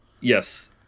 Yes